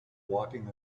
walking